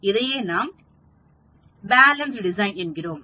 இதையே நாம் balance design என்கிறோம்